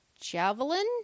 Javelin